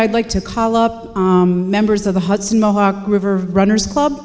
i'd like to call up members of the hudson mohawk river runners club